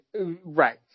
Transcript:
Right